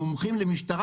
המומחים למשטרה,